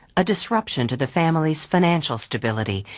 a disruption to the family's financial stability,